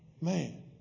Man